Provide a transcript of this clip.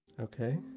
Okay